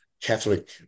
Catholic